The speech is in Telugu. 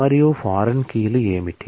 మరియు ఫారిన్ కీలు ఏమిటి